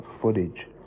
footage